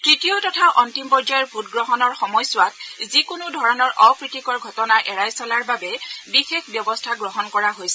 তৃতীয় তথা অন্তিম পৰ্যায়ৰ ভোটগ্ৰহণৰ সময়ছোৱাত যিকোনো ধৰণৰ অপ্ৰীতিকৰ ঘটনা এৰাই চলাৰ বাবে বিশেষ ব্যৱস্থা গ্ৰহণ কৰা হৈছে